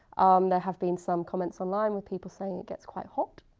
there have been some comments online, with people saying it gets quite hot.